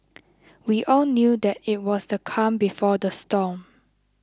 we all knew that it was the calm before the storm